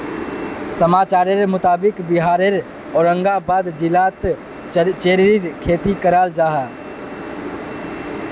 समाचारेर मुताबिक़ बिहारेर औरंगाबाद जिलात चेर्रीर खेती कराल जाहा